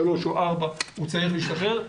שלוש או ארבע שעות להשתחרר,